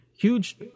huge